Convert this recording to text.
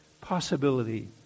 possibility